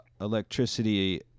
electricity